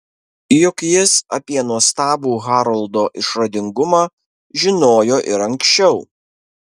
juk jis apie nuostabų haroldo išradingumą žinojo ir anksčiau